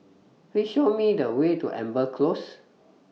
Please Show Me The Way to Amber Close